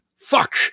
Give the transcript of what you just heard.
Fuck